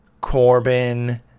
Corbin